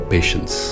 Patience